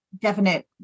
definite